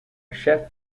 jeff